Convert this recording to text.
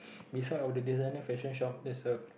beside of the designer fashion shop there's a